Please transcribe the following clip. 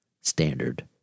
Standard